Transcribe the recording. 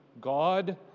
God